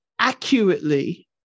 accurately